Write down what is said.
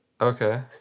Okay